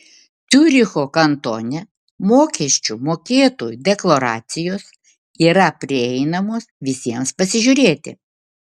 ciuricho kantone mokesčių mokėtojų deklaracijos yra prieinamos visiems pasižiūrėti